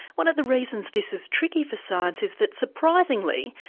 one of the reasons this is tricky for science is that, surprisingly,